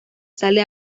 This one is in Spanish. sale